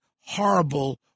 horrible